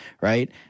right